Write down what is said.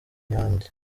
nyange